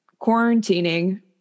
quarantining